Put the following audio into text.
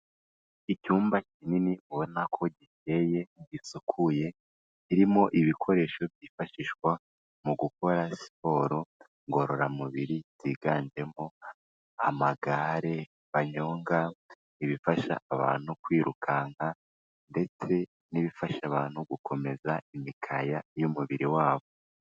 Icyumba kinini, ubona ko gikeye, gisukuye, irimo ibikoresho byifashishwa mu gukora siporo ngororamubiri, byiganjemo amagare banyonga, ibifasha abantu kwirukanka, ndetse n'ibifasha abantu gukomeza imikaya y'umubiri wabo.